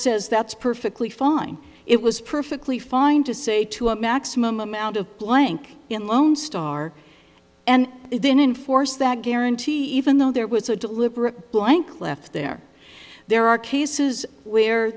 says that's perfectly fine it was perfectly fine to say to a maximum amount of blank in lone star and then enforce that guarantee even though there was a deliberate blank left there there are cases where